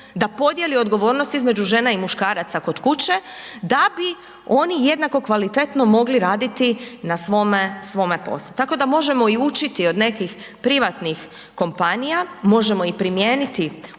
da podijeli odgovornost između žena i muškaraca kod kuće da bi oni jednako kvalitetno mogli raditi na svome, svome poslu. Tako da možemo i učiti od nekih privatnih kompanija, možemo i primijeniti ovakve